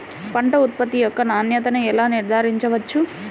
పంట ఉత్పత్తి యొక్క నాణ్యతను ఎలా నిర్ధారించవచ్చు?